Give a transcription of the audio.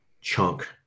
chunk